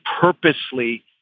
purposely